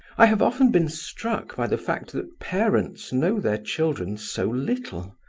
i have often been struck by the fact that parents know their children so little.